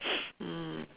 um